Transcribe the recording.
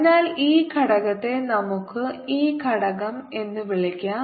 അതിനാൽ ഈ ഘടകത്തെ നമുക്ക് ഇ ഘടകം എന്ന് വിളിക്കാം